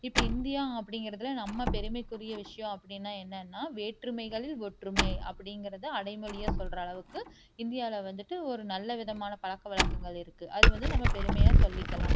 இப்போ இந்தியா அப்படிங்கறதுல நம்ம பெருமைக்குரிய விஷ்யம் அப்படினா என்னென்னா வேற்றுமைகள் ஒற்றுமை அப்படிங்கறத அடைமொழியா சொல்லுறளவுக்கு இந்தியாவில் வந்துட்டு ஒரு நல்ல விதமான பழக்க வழக்கங்கள் இருக்கு அது வந்து நம்ம பெருமையாக சொல்லிக்கலாம்